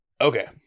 Okay